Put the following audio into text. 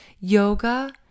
Yoga